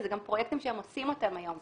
וזה גם פרויקטים שהם עושים אותם היום.